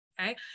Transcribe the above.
Okay